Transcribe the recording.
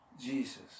Jesus